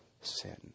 sin